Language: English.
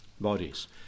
bodies